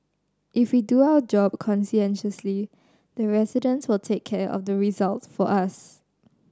if we do our job conscientiously the residents will take care of the results for us